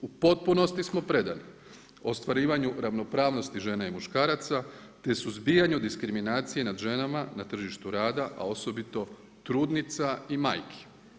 U potpunosti smo predani u ostvarivanju ravnopravnosti žena i muškaraca te suzbijanju diskriminacije nad ženama na tržištu rada, a osobito trudnica i majki.